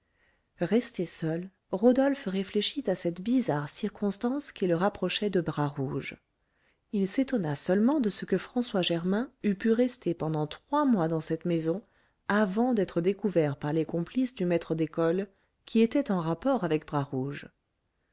resté seul rodolphe réfléchit à cette bizarre circonstance qui le rapprochait de bras rouge il s'étonna seulement de ce que françois germain eût pu rester pendant trois mois dans cette maison avant d'être découvert par les complices du maître d'école qui étaient en rapport avec